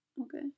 Okay